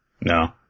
No